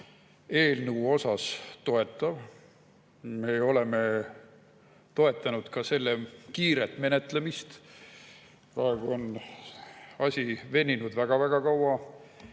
eelnõu suhtes toetav. Me oleme toetanud ka selle kiiret menetlemist. Praegu on asi veninud väga-väga kaua.